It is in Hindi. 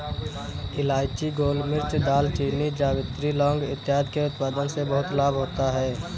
इलायची, गोलमिर्च, दालचीनी, जावित्री, लौंग इत्यादि के उत्पादन से बहुत लाभ होता है